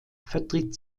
vertritt